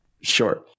Sure